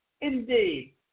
Indeed